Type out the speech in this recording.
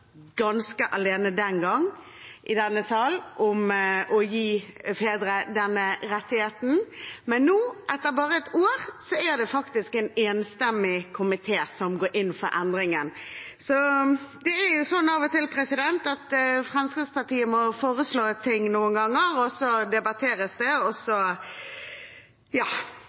ganske alene den gang i denne sal om å gi fedre denne rettigheten. Men nå, etter bare et år, er det faktisk en enstemmig komité som går inn for endringen. Det er jo sånn av og til at Fremskrittspartiet må foreslå ting noen ganger, og så debatteres det, og så